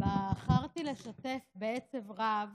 בחרתי לשתף בעצב רב